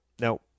now